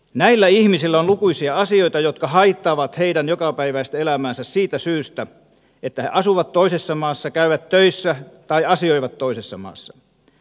näillä ihmisillä on lukuisia asioita jotka haittaavat heidän jokapäiväistä elämäänsä siitä syystä että he asuvat toisessa maassa käyvät töissä tai asioivat toisessa maassa